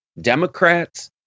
Democrats